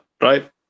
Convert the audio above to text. right